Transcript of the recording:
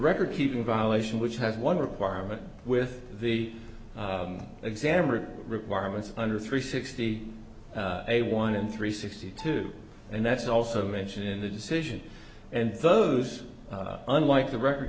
record keeping violation which has one requirement with the exam or requirements under three sixty a one in three sixty two and that's also mentioned in the decision and those unlike the record